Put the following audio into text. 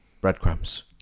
Breadcrumbs